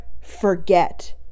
forget